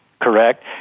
Correct